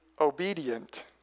obedient